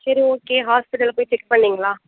சரி okay hospital போய் check பண்ணிங்களா